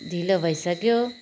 ढिलो भइसक्यो